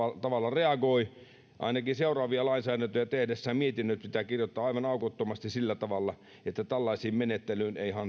reagoi tähän jollakin tavalla ainakin seuraavia lainsäädäntöjä tehdessä mietinnöt pitää kirjoittaa aivan aukottomasti sillä tavalla että tällaiseen menettelyyn ei